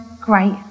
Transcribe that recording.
great